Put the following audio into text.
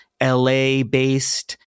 LA-based